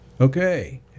Okay